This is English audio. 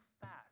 fast